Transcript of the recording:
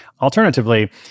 alternatively